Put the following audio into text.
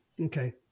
Okay